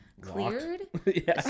Cleared